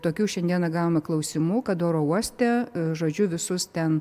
tokių šiandieną gavome klausimų kad oro uoste žodžiu visus ten